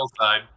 side